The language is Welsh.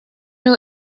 nhw